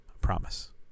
promise